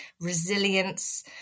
resilience